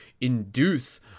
induce